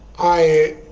i